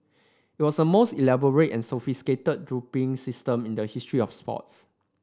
it was the most elaborate and sophisticated doping system in the history of sports